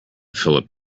philip